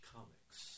Comics